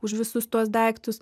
už visus tuos daiktus